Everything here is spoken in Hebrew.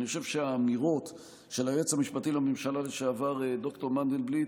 אני חושב שהאמירות של היועץ המשפטי לממשלה לשעבר ד"ר מנדלבליט